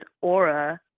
aura